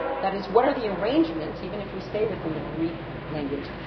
that is, what are the arrangements, even if we stay within the greek language,